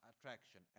attraction